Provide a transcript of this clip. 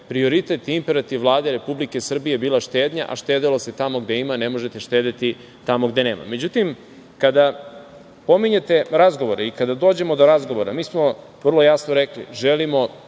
prioritet i imperativ Vlade Republike Srbije bila štednja, a štedelo se tamo gde ima. Ne možete štedeti tamo gde nema.Međutim, kada pominjete razgovore i kada dođemo do razgovora, mi smo vrlo jasno rekli - želimo